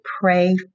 pray